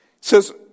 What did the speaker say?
says